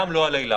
גם לא על אילת.